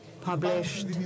published